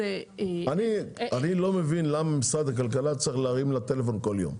אני לא מבין למה משרד הכלכלה צריך להרים לה טלפון כל יום.